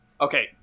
Okay